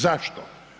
Zašto?